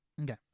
Okay